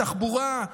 בתחבורה,